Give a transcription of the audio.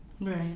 Right